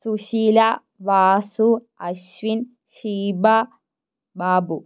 Susheela Vasu Ashwin Sheeba Babu